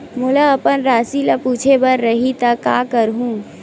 मोला अपन राशि ल पूछे बर रही त का करहूं?